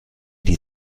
die